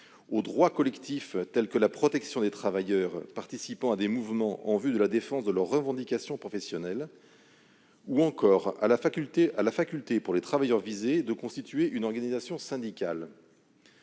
aux droits collectifs tels que la protection des travailleurs participant à des mouvements en vue de la défense de leurs revendications professionnelles, ou encore à la faculté, pour les travailleurs visés, de constituer une organisation syndicale.